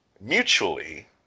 mutually